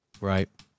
Right